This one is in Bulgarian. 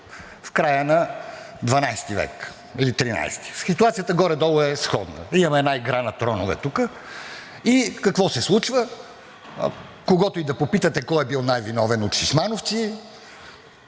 в края на XII век, или XIII, ситуацията горе-долу е сходна. Имаме една игра на тронове тук и какво се случва? Когото и да попитате кой е бил най-виновен от Шишмановци,